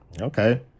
Okay